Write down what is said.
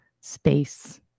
space